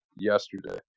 yesterday